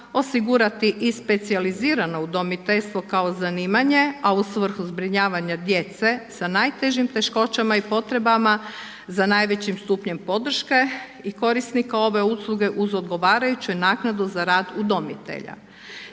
osigurati i specijalizirano udomiteljstvo kao zanimanje, a u svrhu zbrinjavanja djece sa najtežim teškoćama i potrebama za najvećim stupnjem podrške i korisnika ove usluge uz odgovarajuću naknadu za rad udomitelja.